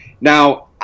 Now